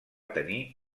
tenir